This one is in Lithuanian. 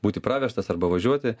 būti praveštas arba važiuoti